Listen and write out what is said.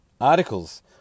Articles